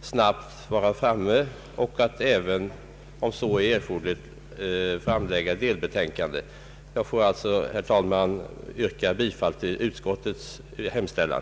snabbt komma fram till resultat och även om så erfordras framlägga delbetänkande. Jag ber, herr talman, att få yrka bifall till utskottets hemställan.